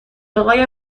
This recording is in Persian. اقای